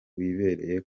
wibereye